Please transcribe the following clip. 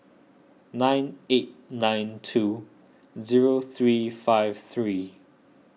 nine eight nine two zero three five three